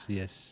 yes